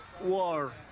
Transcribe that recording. war